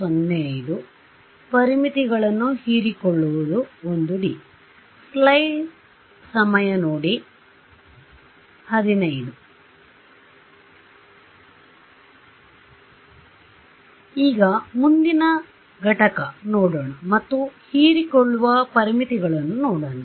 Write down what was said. ಸರಿ ಈಗ ಮುಂದಿನ ಘಟಕ ನೋಡೋಣ ಮತ್ತು ಹೀರಿಕೊಳ್ಳುವ ಪರಿಮಿತಿಗಳನ್ನು ನೋಡೋಣ